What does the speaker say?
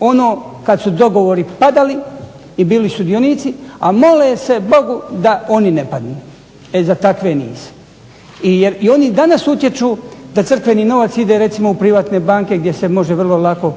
ono kada su dogovori padali i bili sudionici, a mole se Bogu da oni ne padnu, e za takve nisam. Jer i oni danas utječu da crkveni novac ide u privatne banke gdje se može vrlo lako,